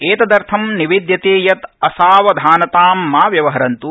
एतदर्थ निवेदयते यत् असावधानतां मा व्यवहरन्त्